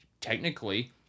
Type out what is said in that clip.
technically